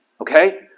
Okay